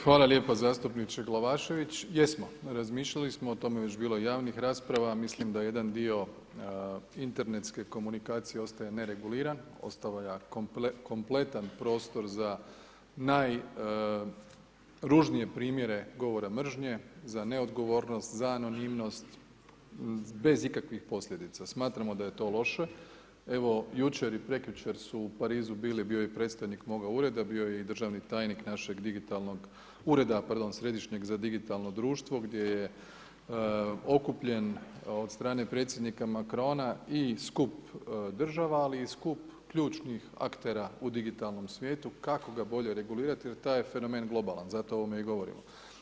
Hvala lijepo zastupniče Glavašević, jesmo razmišljali smo o tome je već bilo i javnih rasprava, a mislim da jedan dio internetske komunikacije ostaje ne reguliran, ostavlja kompletan prostor za najružnije primjere govora mržnje, za neodgovornost, za anonimnost bez ikakvih posljedica, smatramo da je to loše, evo jučer i prekjučer su u Parizu bili, bio je i predstojnik moga ureda, bio je i državni tajnik našeg digitalnog, Ureda pardon središnjeg za digitalno društvo gdje je okupljen od strane predsjednika Macrona i skup država ali i skup ključnih aktera u digitalnom svijetu kako ga bolje regulirati jer taj je fenomen globalan, zato o ovome i govorimo.